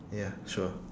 ya sure